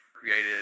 created